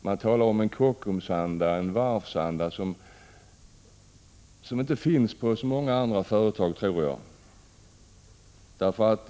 Man talar om en Kockumsanda eller en varvsanda, och något sådant finns troligen inte på så många andra företag.